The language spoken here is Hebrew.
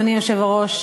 אדוני היושב-ראש,